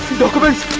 documents,